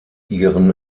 ihren